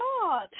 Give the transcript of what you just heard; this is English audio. God